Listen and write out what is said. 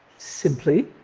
simply,